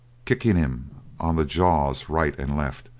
kicking him on the jaws right and left.